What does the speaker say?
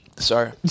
Sorry